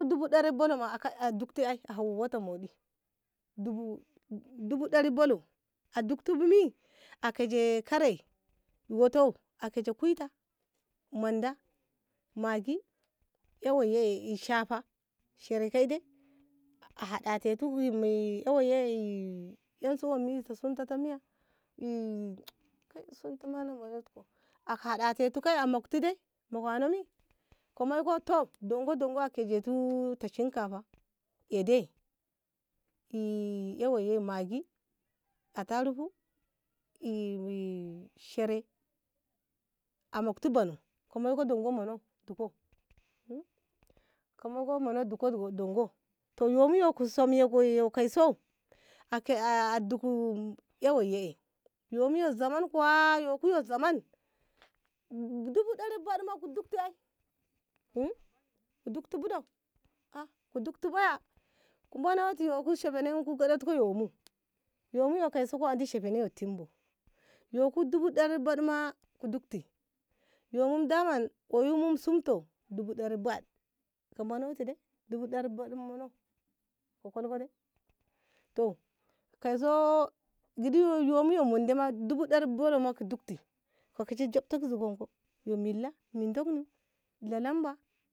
dubu dari ballau ma ak a dukteti hauwata moɗi dubu dubu dari ballau a duktiko mi akaje ae karai wato ey kije kuita manda maggi yawaye eshafa shereke de a haɗa te tiku menye eh eynsu menye suntu ta miya ey sunto ma na muntettiko a haɗaɗeti kei a mukti de na wano bi ka moiko to dungo dongo a gojetu ka shinkafa eh de eh aywa ye magi atarigo eh share a mukti bonu ka moiti dungo muno tikau un ka monu dingo to yumi yu kasam ey kauso a diku aywaiye ae yumu ye zaman kuwa yuku yu zaman dibu dari bad ma ku dukti un dikti ba ɗo a ku dikti baya ku manoti yu ku shafenan ku gadɗati yomu yomu yo koiso andi shafene bu yuko dubu dari bad ma ku dukti yumo oyum mu daman mu suto dubu dari bad ka munoti de dubu dari bad monu ka kulti deto kazo gidi yo muye munde ma ka gidsi unko yo milla un lalamba.